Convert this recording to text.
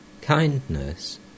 Kindness